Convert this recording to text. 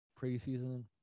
preseason